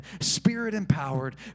spirit-empowered